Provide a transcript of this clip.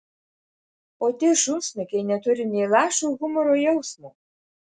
o tie šunsnukiai neturi nė lašo humoro jausmo